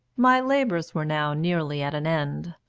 my labours were now nearly at an end,